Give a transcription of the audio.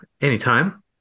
Anytime